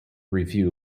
review